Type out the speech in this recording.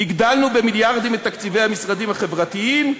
הגדלנו במיליארדים את תקציבי המשרדים החברתיים,